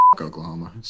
Oklahoma